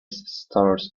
stores